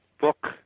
book